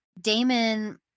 Damon